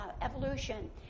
evolution